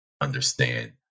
understand